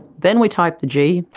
then we typed the g,